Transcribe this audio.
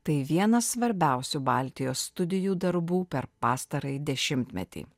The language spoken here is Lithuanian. tai vienas svarbiausių baltijos studijų darbų per pastarąjį dešimtmetį